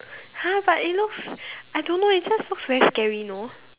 !huh! but it looks I don't know it just looks very scary you know